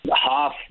half